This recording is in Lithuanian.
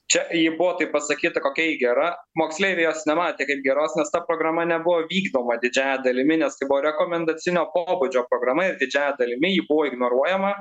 čia ji buvo taip pasakyta kokia ji gera moksleiviai jos nematė kaip geros nes ta programa nebuvo vykdoma didžiąja dalimi nes tai buvo rekomendacinio pobūdžio programa ir didžiąja dalimi ji buvo ignoruojama